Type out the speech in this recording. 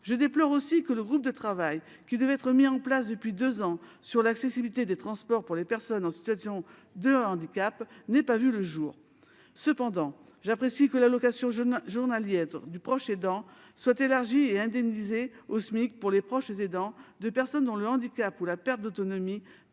Je déplore aussi que le groupe de travail qui devait être mis en place depuis deux ans sur l'accessibilité des transports pour les personnes en situation de handicap n'ait pas vu le jour. Cependant, j'apprécie que l'allocation journalière du proche aidant soit élargie et indemnisée au SMIC pour les « proches aidants de personnes dont le handicap ou la perte d'autonomie